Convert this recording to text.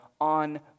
on